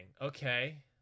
Okay